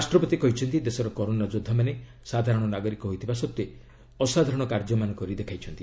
ରାଷ୍ଟ୍ରପତି କହିଛନ୍ତି ଦେଶର କରୋନା ଯୋଦ୍ଧାମାନେ ସାଧାରଣ ନାଗରିକ ହୋଇଥିବା ସତ୍ତ୍ୱେ ଅସାଧାରଣ କାର୍ଯ୍ୟ କରି ଦେଖାଇଛନ୍ତି